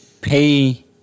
pay